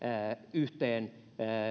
yhteen